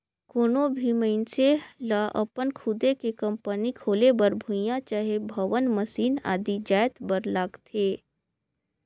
कोनो भी मइनसे लअपन खुदे के कंपनी खोले बर भुंइयां चहे भवन, मसीन आदि जाएत बर लागथे